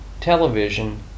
television